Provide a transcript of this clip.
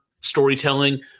storytelling